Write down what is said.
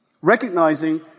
recognizing